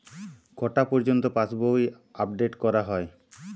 কটা পযর্ন্ত পাশবই আপ ডেট করা হয়?